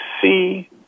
see